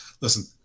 Listen